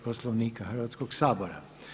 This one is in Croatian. Poslovnika Hrvatskoga sabora.